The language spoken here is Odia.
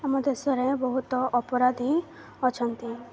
ଆମ ଦେଶରେ ବହୁତ ଅପରାଧୀ ଅଛନ୍ତି